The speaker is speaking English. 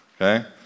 Okay